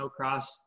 Snowcross